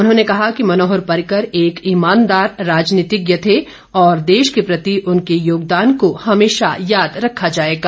उन्होंने कहा कि मनोहर पर्रिकर एक ईमानदार राजनीतिज्ञ थे और देश के प्रति उनके योगदान को हमेशा याद रखा जाएगा